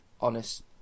honest